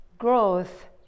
growth